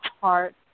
heart